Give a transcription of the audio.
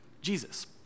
Jesus